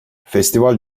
festival